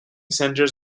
centres